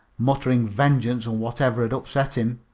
muttering vengeance on whatever had upset him,